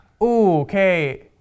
okay